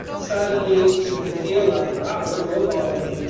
suddenly it can feel like wow we're low balling